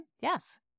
yes